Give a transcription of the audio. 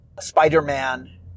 Spider-Man